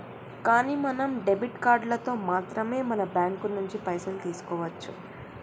కానీ మనం డెబిట్ కార్డులతో మాత్రమే మన బ్యాంకు నుంచి పైసలు తీసుకోవచ్చు